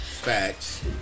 facts